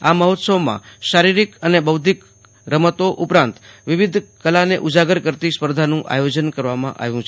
આ મફોત્સવ શારીરિક અને બોધિક રમતો ઉપરાંત વિવિધ કલાને ઉજાગર કરતી સ્પર્ધાનું આયોજન કરવામાં આવ્યું છે